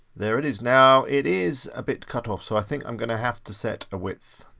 there it is. now, it is a bit cut off, so i think i'm gonna have to set a width,